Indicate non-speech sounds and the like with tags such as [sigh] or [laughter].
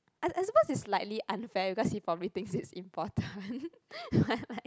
I I supposed it's likely unfair because he probably think it's important [laughs]